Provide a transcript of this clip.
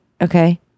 Okay